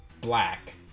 black